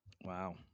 Wow